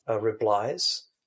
replies